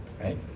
Right